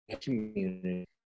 community